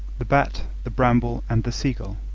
the bat, the bramble, and the seagull